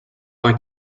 vingt